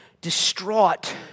distraught